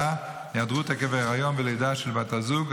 (היעדרות עקב היריון ולידה של בת הזוג),